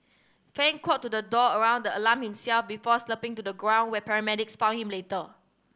fan crawled to the door around the alarm himself before slumping to the ground where paramedics found him later